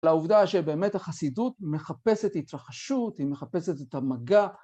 לעובדה שבאמת החסידות מחפשת התרחשות, היא מחפשת את המגע.